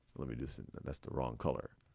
let me do this, that's the wrong color.